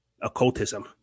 occultism